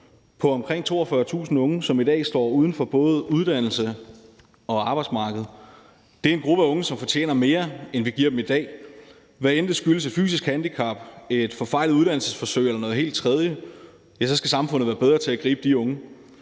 på omkring 42.000 unge, som i dag står uden for både uddannelse og arbejdsmarked. Det er en gruppe unge, som fortjener mere, end vi giver dem i dag. Hvad end det skyldes et fysisk handicap, et forfejlet uddannelsesforsøg eller noget helt tredje, skal samfundet være bedre til at gribe de unge.